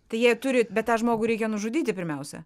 tai jie turi bet tą žmogų reikia nužudyti pirmiausia